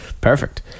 perfect